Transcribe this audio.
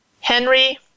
Henry